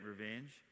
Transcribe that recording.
revenge